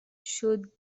should